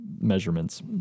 measurements